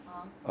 ah